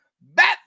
bat